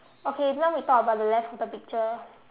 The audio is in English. okay now we talk about the left of the picture